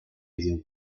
idioma